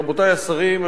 רבותי השרים,